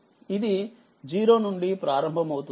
ఇది0నుండి ప్రారంభమవుతుంది